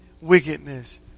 wickedness